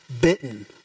bitten